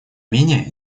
менее